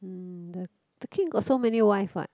mm the the kid got so many wife what